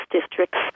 districts